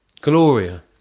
Gloria